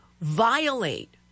violate